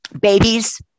babies